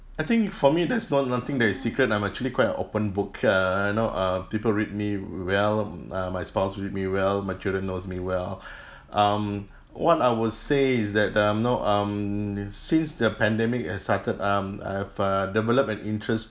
I think for me that's not nothing that is secret I'm actually quite a open book err you know uh people read me well uh my spouse read me well my children knows me well um what I will say is that um know um since the pandemic has started um I've err develop an interest